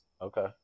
Okay